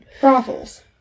brothels